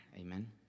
Amen